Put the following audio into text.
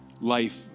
life